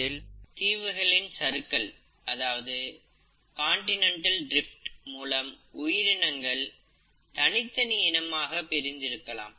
இதில் தீவுகளின் சறுக்கல் அதாவது கான்டினென்டல் டிரிப்ட் மூலமோ அல்லது ஏதேனும் ஒரு பேரழிவின் காரணமாக உயிரினங்கள் தனித்தனி இனமாக பிரிந்திருக்கலாம்